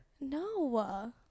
No